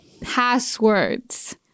passwords